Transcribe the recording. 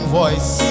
voice